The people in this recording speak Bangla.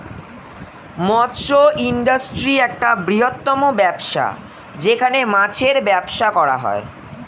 মৎস্য ইন্ডাস্ট্রি একটা বৃহত্তম ব্যবসা যেখানে মাছের ব্যবসা করা হয়